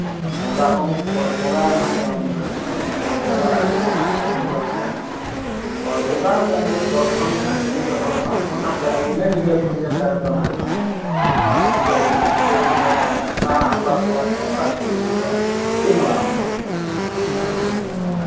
ᱵᱚᱸᱜᱟ ᱩᱢ ᱜᱚᱴ ᱵᱚᱸᱜᱟ ᱡᱟᱦᱟᱸ ᱵᱚᱱ ᱢᱮᱛᱟᱫ ᱠᱟᱱᱟ ᱜᱚᱴ ᱵᱚᱸᱜᱟ ᱠᱟᱛᱮᱫ ᱜᱮ ᱦᱟᱸᱜ ᱠᱟᱹᱢᱤᱦᱚᱨᱟ ᱫᱚ ᱮᱦᱚᱵᱚᱜᱼᱟ ᱜᱚᱴ ᱵᱚᱸᱜᱟ ᱜᱚᱴ ᱠᱷᱚᱱ ᱜᱮ ᱦᱟᱸᱜ ᱠᱟᱹᱢᱤ ᱫᱚ ᱮᱦᱚᱵᱚᱜᱼᱟ ᱚᱱᱟ ᱛᱟᱭᱚᱢ ᱤᱱᱟᱹ ᱧᱤᱫᱟᱹ ᱠᱷᱚᱱ ᱜᱮ ᱛᱟᱭᱚᱢ ᱫᱚ ᱦᱟᱸᱜ ᱚᱱᱮ ᱥᱤᱸᱜᱟᱹᱲ ᱫᱚ ᱦᱟᱸᱜ ᱜᱟᱹᱭ ᱵᱚᱱ ᱫᱟᱬᱟ ᱟᱠᱚᱣᱟ ᱠᱚᱲᱟ ᱠᱚ ᱟᱨ ᱠᱩᱲᱤ ᱠᱚᱠᱚ ᱪᱩᱢᱟᱹᱲᱟ ᱠᱚᱣᱟ ᱛᱚ